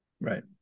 right